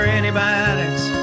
antibiotics